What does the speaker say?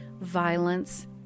violence